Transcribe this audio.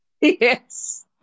Yes